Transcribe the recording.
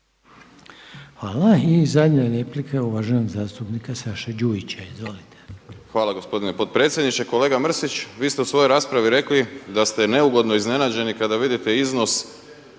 Hvala. I zadnja replika je uvaženog zastupnika Saše Đujića. Izvolite. **Đujić, Saša (SDP)** Hvala gospodine potpredsjedniče. Kolega Mrsić vi ste u svojoj raspravi rekli da ste neugodno iznenađeni kada vidite iznos